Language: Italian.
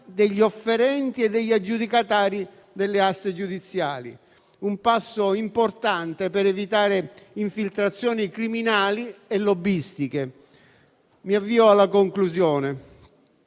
degli offerenti e degli aggiudicatari delle aste giudiziarie. Un passo importante per evitare infiltrazioni criminali e lobbistiche. Mi avvio alla conclusione.